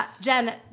Jen